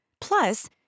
Plus